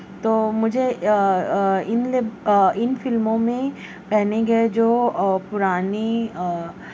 تو مجھے ان فلموں میں پہنے گیے جو پرانی